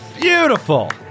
Beautiful